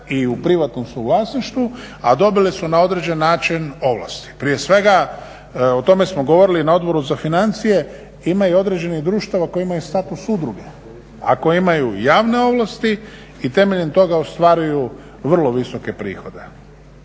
i u privatnom su vlasništvu a dobile su na određeni način ovlasti, prije svega o tome smo govorili na Odboru na financije, ima i određenih društava koje imaju status udruge a koje imaju javne ovlasti i temeljem toga ostvaruju vrlo visoke prihode.